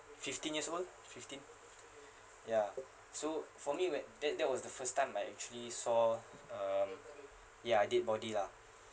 fifteen years one fifteen ya so for me where that that was the first time I actually saw um ya a dead body lah